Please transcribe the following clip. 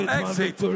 exit